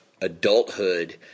adulthood